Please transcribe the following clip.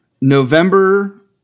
November